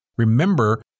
Remember